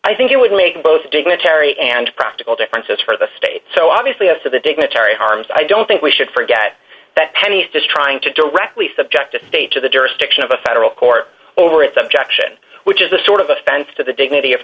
i think it would make both dignitary and practical differences for the state so obviously as to the dignitary harms i don't think we should forget that penny's just trying to directly subject a state to the jurisdiction of a federal court over its objection which is a sort of offense to the dignity of